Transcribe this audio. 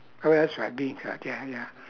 oh that's right beancurd ya ya